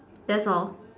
that's all